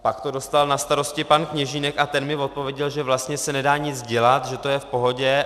Pak to dostal na starosti pan Kněžínek a ten mi odpověděl, že vlastně se nedá nic dělat, že to je v pohodě.